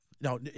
No